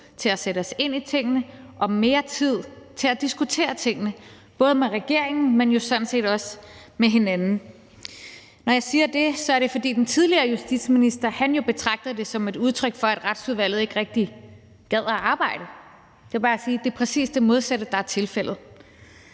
til at sætte os ind i tingene og mere tid til at diskutere tingene, både med regeringen, men jo sådan set også med hinanden. Når jeg siger det, er det, fordi den tidligere justitsminister jo betragtede det som et udtryk for, at Retsudvalget ikke rigtig gad at arbejde. Jeg vil bare sige, at det er præcis det modsatte, der er tilfældet.